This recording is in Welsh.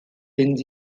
fynd